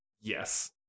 yes